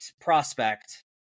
prospect